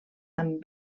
amb